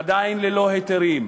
עדיין ללא היתרים,